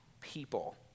people